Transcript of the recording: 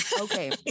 Okay